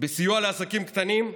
בסיוע לעסקים קטנים?